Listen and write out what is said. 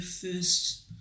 first